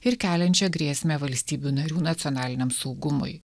ir keliančia grėsmė valstybių narių nacionaliniam saugumui